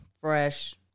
fresh